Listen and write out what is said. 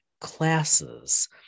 classes